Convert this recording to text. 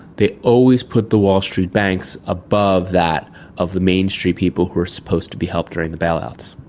they always put the wall street banks above that of the main street people who were supposed to be helped during the bailouts.